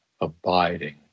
abiding